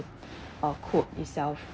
a quote itself